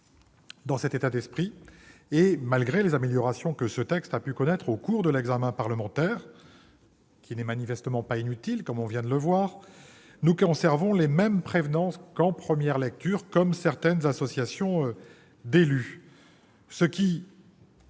Dans cet état d'esprit, et malgré les améliorations que ce texte a pu connaître au cours de l'examen parlementaire, qui n'est manifestement pas inutile, nous conservons les mêmes préventions qu'en première lecture, comme certaines associations d'élus